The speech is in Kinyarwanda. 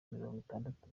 mirongwitandatu